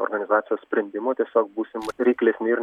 organizacijos sprendimu tiesiog būsim reiklesni ir